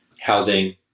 housing